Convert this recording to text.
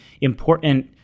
important